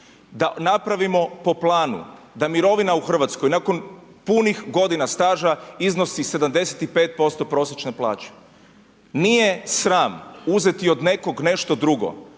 Da napravimo po planu da mirovina u Hrvatskoj nakon punih godina staža iznosi 75% prosječne plaće. Nije sram uzeti od nekog nešto drugo